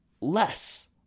less